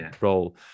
role